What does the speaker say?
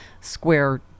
square